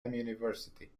university